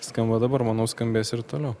skamba dabar manau skambės ir toliau